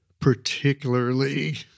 particularly